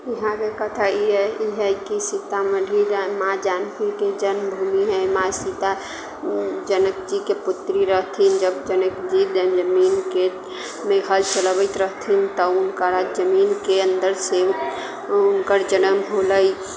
यहाँके कथा ई हइ कि सीतामढ़ी जा माँ जानकीके जन्मभूमि हइ माँ सीता जनक जीके पुत्री रहथिन जब जनकजी जमीनकेमे हल चलबैत रहथिन तऽ हुनकरा जमीनके अन्दरसँ हुनकर जनम होलै